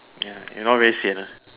ya if not very sian ah